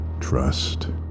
trust